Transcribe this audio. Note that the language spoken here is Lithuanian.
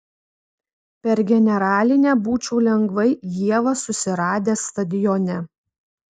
per generalinę būčiau lengvai ievą susiradęs stadione